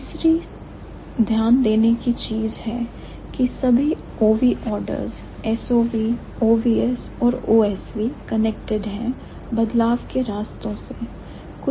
तीसरी ध्यान देने की चीज है की सभी OV orders SOV OVS और OSV कनेक्टेड हैं बदलाव के उन रास्तों से या पाथवेज़ ऑफ चेंज से